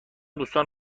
دوستان